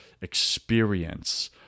experience